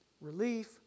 relief